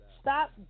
Stop